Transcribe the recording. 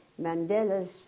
Mandela's